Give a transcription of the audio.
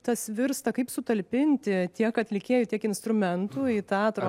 tas virsta kaip sutalpinti tiek atlikėjų tiek instrumentų į teatrą